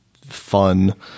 fun